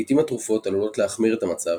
לעיתים התרופות עלולות להחמיר את המצב,